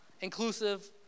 inclusive